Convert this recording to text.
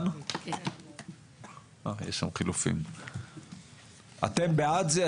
אתם בעד זה?